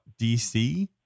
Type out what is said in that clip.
dc